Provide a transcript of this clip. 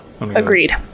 Agreed